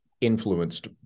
Influenced